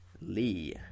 Lee